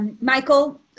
Michael